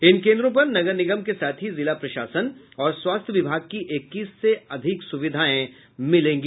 इन केन्द्रों पर नगर निगम के साथ ही जिला प्रशासन और स्वास्थ्य विभाग की इक्कीस से अधिक सुविधाएं मिलेगी